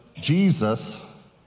Jesus